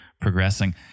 progressing